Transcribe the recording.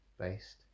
based